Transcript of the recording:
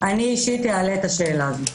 אני, אישית, אעלה את השאלה הזאת.